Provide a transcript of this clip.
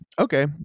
okay